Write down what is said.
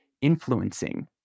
influencing